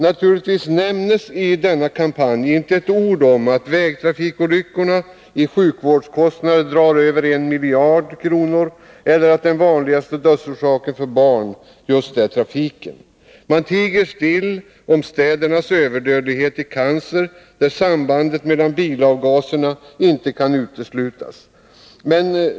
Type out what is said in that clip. Naturligtvis nämns i denna kampanj inte ett ord om att vägtrafikolyckorna i sjukvårdskostnader drar över en miljard kronor eller att den vanligaste dödsorsaken för barn är just trafiken. Man tiger still om stadsbefolkningens överdödlighet i cancer, där sambandet med bilavgaserna inte kan uteslutas.